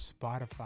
Spotify